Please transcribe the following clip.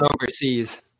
overseas